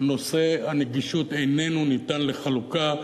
נושא הנגישות איננו ניתן לחלוקה,